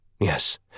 Yes